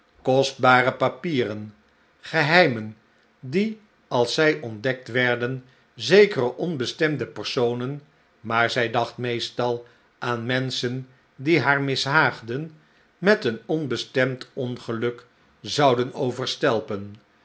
kostbare papieren geheimen die als zij ontdekt werden zekere onbestemde personen maar zij dacht meestal aan menschen die haar mishaagden met een onbestemd ongeluk zouden